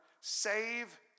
save